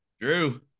Drew